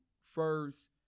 first